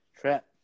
trap